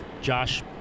Josh